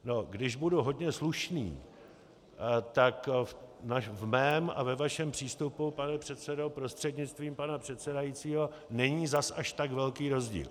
No když budu hodně slušný, tak v mém a ve vašem přístupu, pane předsedo prostřednictvím pana předsedajícího, není zas až tak velký rozdíl.